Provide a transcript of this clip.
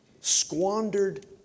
Squandered